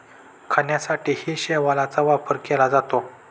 खाण्यासाठीही शेवाळाचा वापर केला जातो